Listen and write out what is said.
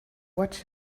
watch